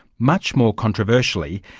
much more controversially,